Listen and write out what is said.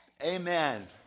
Amen